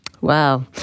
Wow